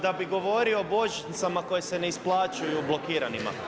da bi govorio o božićnicama koje se ne isplaćuju blokiranima.